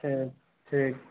ٹھیک ٹھیک